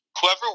whoever